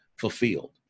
fulfilled